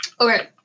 Okay